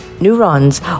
neurons